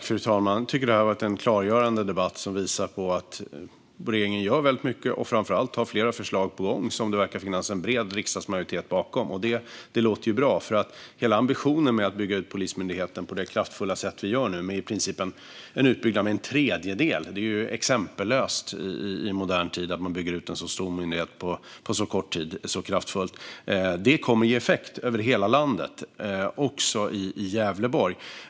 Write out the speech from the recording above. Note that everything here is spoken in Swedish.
Fru talman! Jag tycker att det har varit en klargörande debatt som visar på att regeringen gör väldigt mycket och framför allt har flera förslag på gång, som det verkar finnas en bred riksdagsmajoritet bakom. Det låter ju bra. Att vi bygger ut en så stor myndighet som Polismyndigheten på så kort tid och så kraftfullt som vi gör nu med i princip en tredjedel är exempellöst i modern tid och kommer att ge effekt över hela landet, också i Gävleborg.